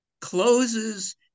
closes